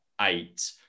eight